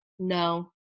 No